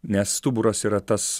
nes stuburas yra tas